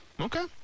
Okay